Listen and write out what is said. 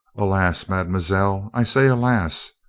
alas! mademoiselle, i say alas!